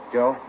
Joe